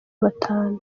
batanu